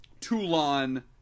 Toulon